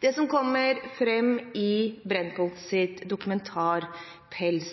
Det som kom fram i Brennpunkts dokumentar «Pels»,